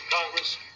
Congress